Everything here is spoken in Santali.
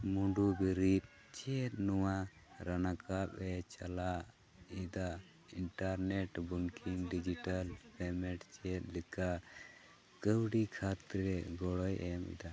ᱢᱩᱰᱩ ᱵᱤᱨᱤᱫ ᱪᱮᱫ ᱱᱚᱣᱟ ᱨᱟᱱᱟᱠᱟᱯᱼᱮ ᱪᱟᱞᱟᱣ ᱮᱫᱟ ᱤᱱᱴᱟᱨᱱᱮᱴ ᱵᱮᱝᱠᱤᱝ ᱰᱤᱡᱤᱴᱮᱞ ᱯᱮᱢᱮᱱᱴ ᱪᱮᱫ ᱞᱮᱠᱟ ᱠᱟᱹᱣᱰᱤ ᱠᱷᱟᱹᱛᱤᱨ ᱜᱚᱲᱚᱭ ᱮᱢᱮᱫᱟ